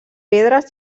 pedres